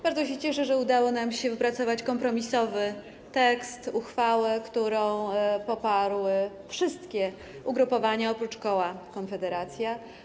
Bardzo się cieszę, że udało nam się wypracować kompromisowy tekst uchwały, którą poparły wszystkie ugrupowania oprócz koła Konfederacja.